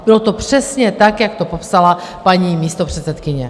Bylo to přesně tak, jak to popsala paní místopředsedkyně.